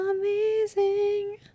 amazing